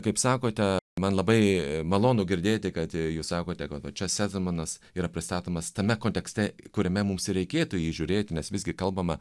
kaip sakote man labai malonu girdėti kad jūs sakote kad va čia sezemanas yra pristatomas tame kontekste kuriame mums ir reikėtų jį žiūrėti nes visgi kalbama